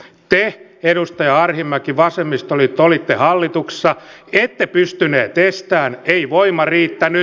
te edustaja arhinmäki vasemmistoliitto olitte hallituksessa ette pystyneet estämään ei voima riittänyt